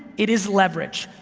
it is leverage,